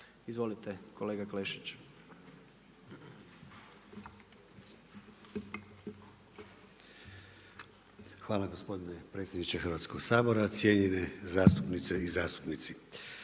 Izvolite kolega Klešišć. **Klešić, Ivan** Hvala gospodine predsjedniče Hrvatskog sabora, cijenjene zastupnice i zastupnici.